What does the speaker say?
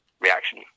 reaction